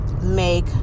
make